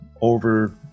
over